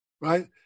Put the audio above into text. right